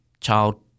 child